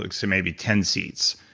like so maybe ten seats,